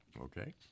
Okay